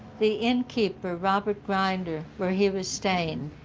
the innkeeper, robert grinder, where he was staying,